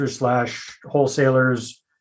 wholesalers